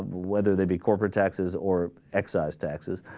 whether they be corporate taxes or excise taxes